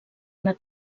una